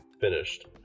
finished